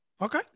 Okay